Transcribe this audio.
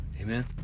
Amen